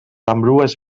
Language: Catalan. ambdues